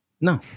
No